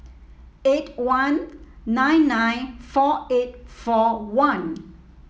eight one nine nine four eight four one